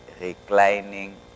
reclining